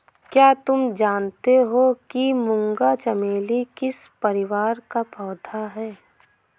क्या तुम जानते हो कि मूंगा चमेली किस परिवार का पौधा है?